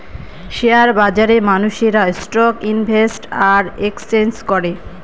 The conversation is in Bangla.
শেয়ার বাজারে মানুষেরা স্টক ইনভেস্ট আর এক্সচেঞ্জ করে